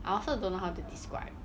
I also don't know how to describe